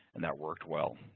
and that worked well.